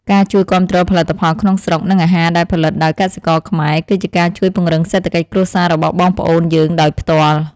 ការជួយគាំទ្រផលិតផលក្នុងស្រុក និងអាហារដែលផលិតដោយកសិករខ្មែរ គឺជាការជួយពង្រឹងសេដ្ឋកិច្ចគ្រួសាររបស់បងប្អូនយើងដោយផ្ទាល់។